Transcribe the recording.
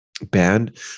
band